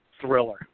thriller